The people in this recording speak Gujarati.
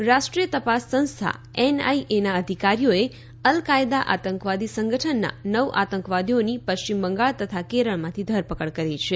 ધરપકડ રાષ્ટ્રીય તપાસ સંસ્થા એનઆઈએના અધિકારીઓએ અલ કાયદા આતંકવાદી સંગઠનના નવ આતંકવાદીઓની પશ્ચિમ બંગાળ તથા કેરળમાંથી ધરપકડ કરી છે